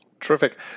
Terrific